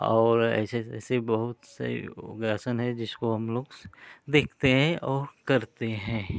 और ऐसे ऐसे बहुत से योगासन है जिसको हम लोग देखते हैं और करते हैं